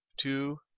Two